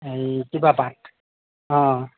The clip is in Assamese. এই কিবা ঢাক অঁ